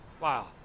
Wow